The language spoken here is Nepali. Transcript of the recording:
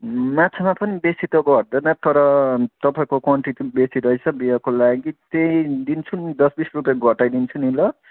माछामा पनि बेसी त घट्दैन तर तपाईँको क्वानटिटी बेसी रहेछ बिहाको लागि त्यही दिन्छु नि दस बिस रुपियाँ घटाइदिन्छु नि ल